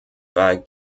war